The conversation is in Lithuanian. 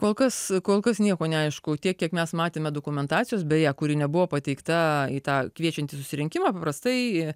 kol kas kol kas nieko neaišku tiek kiek mes matėme dokumentacijos beje kuri nebuvo pateikta į tą kviečiant į susirinkimą paprastai